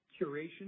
curation